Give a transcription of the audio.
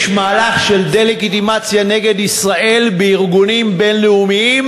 יש מהלך של דה-לגיטימציה נגד ישראל בארגונים בין-לאומיים,